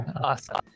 awesome